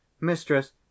Mistress